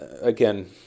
again